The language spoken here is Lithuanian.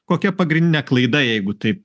kokia pagrindinė klaida jeigu taip